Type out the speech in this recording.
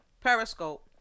Periscope